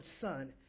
son